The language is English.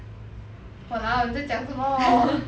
!walao! 你在讲什么